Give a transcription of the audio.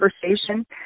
conversation